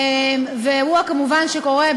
אירוע שקורה,